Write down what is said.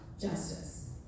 justice